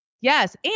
Yes